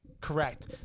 Correct